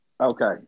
Okay